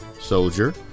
soldier